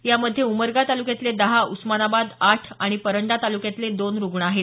यामध्ये उमरगा तालुक्यातले दहा उस्मानाबाद आठ आणि परंडा तालुक्यातले दोन रुग्ण आहेत